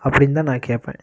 அப்படின்னு தான் நான் கேட்பேன்